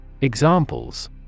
Examples